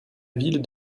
ville